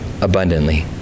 abundantly